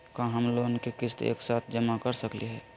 का हम लोन के किस्त एक साथ जमा कर सकली हे?